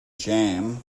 jam